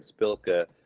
Spilka